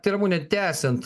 tai ramune tęsiant